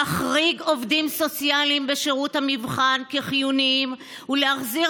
להחריג עובדים סוציאליים בשירות המבחן כחיוניים ולהחזיר